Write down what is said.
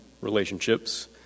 relationships